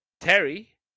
Terry